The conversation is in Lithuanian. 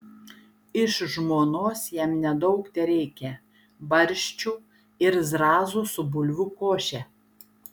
iš žmonos jam nedaug tereikia barščių ir zrazų su bulvių koše